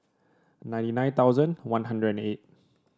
ninety nine thousand One Hundred and eight